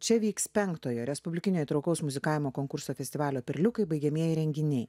čia vyks penktojo respublikinio traukos muzikavimo konkurso festivalio perliukai baigiamieji renginiai